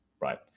right